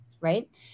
right